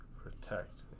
Protect